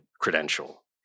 credential